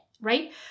right